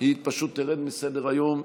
היא פשוט תרד מסדר-היום,